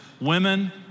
Women